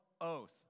oath